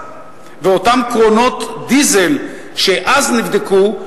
ואותם קרונות דיזל שאז נבדקו,